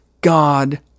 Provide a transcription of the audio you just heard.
God